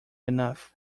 enough